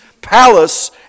palace